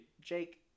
Jake